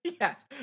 yes